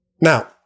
Now